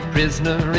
Prisoner